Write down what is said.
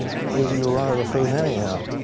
you'll you'll run out of food anyhow.